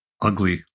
ugly